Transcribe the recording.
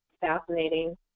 fascinating